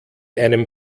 einem